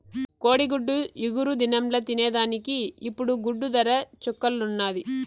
కోడిగుడ్డు ఇగురు దినంల తినేదానికి ఇప్పుడు గుడ్డు దర చుక్కల్లున్నాది